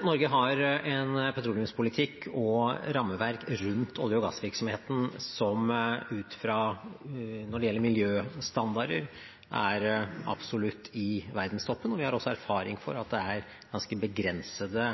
Norge har en petroleumspolitikk og et rammeverk rundt olje- og gassvirksomheten som ut fra når det gjelder miljøstandarder, er absolutt i verdenstoppen, og vi har også erfaring for at det er ganske begrensede